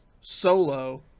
solo